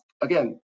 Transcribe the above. Again